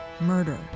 murder